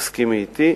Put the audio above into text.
תסכימי אתי.